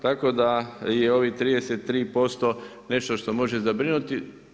Tako da je ovih 33% nešto što može zabrinuti.